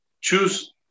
choose